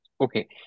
okay